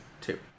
two